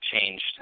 changed